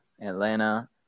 Atlanta